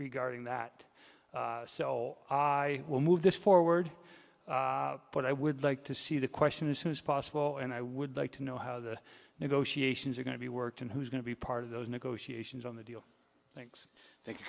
regarding that so i will move this forward but i would like to see the question is who is possible and i would like to know how the negotiations are going to be worked and who's going to be part of those negotiations on the deal thanks th